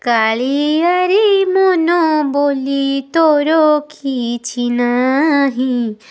କାଳିଆରେ ମନ ବୋଲି ତୋର କିଛି ନାହିଁ